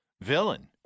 villain